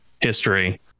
history